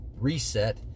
reset